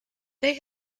they